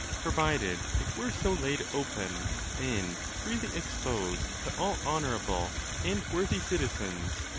provided it were so laid open and freely exposed to all honourable and worthy citizens,